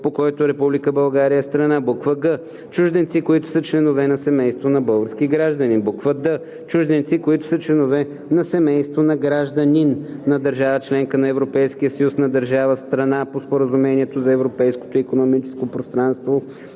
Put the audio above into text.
по който Република България е страна; г) чужденци, които са членове на семейство на български граждани; д) чужденци, които са членове на семейство на гражданин на държава – членка на Европейския съюз, на държава – страна по Споразумението за Европейското икономическо пространство,